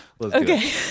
Okay